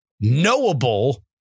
knowable